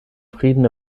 frieden